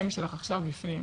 אימא שלך עכשיו בפנים.